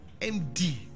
MD